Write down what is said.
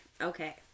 Okay